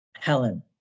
Helen